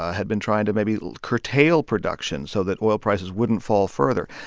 had been trying to maybe curtail production so that oil prices wouldn't fall further.